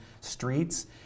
streets